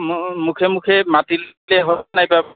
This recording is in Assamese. অঁ মুখে মুখে মাতি দিলেই হ'ল নাই